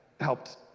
helped